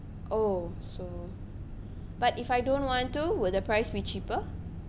oh so but if I don't want to will the price be cheaper